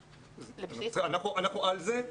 אנחנו על זה,